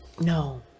no